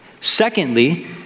Secondly